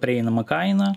prieinama kaina